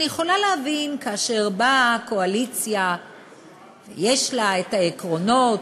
אני יכולה להבין כאשר באה הקואליציה ויש לה עקרונות,